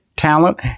talent